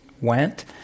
went